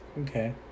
okay